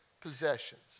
possessions